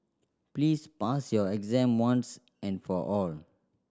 please pass your exam once and for all